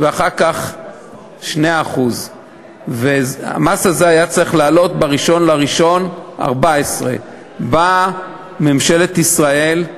ואחר כך 2%. המס הזה היה צריך לעלות ב-1 בינואר 2014. באה ממשלת ישראל,